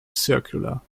circular